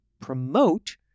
promote